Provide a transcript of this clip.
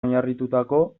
oinarritututako